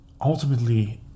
ultimately